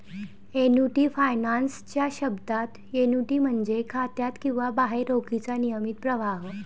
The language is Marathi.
एन्युटी फायनान्स च्या शब्दात, एन्युटी म्हणजे खात्यात किंवा बाहेर रोखीचा नियमित प्रवाह